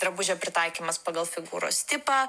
drabužio pritaikymas pagal figūros tipą